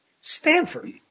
Stanford